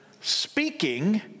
speaking